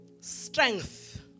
Strength